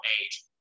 age